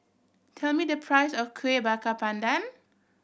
tell me the price of Kueh Bakar Pandan